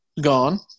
Gone